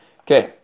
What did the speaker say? Okay